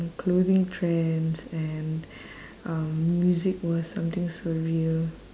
clothing trends and um music was something surreal